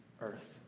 Earth